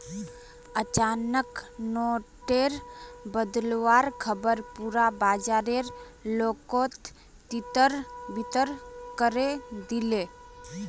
अचानक नोट टेर बदलुवार ख़बर पुरा बाजारेर लोकोत तितर बितर करे दिलए